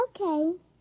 Okay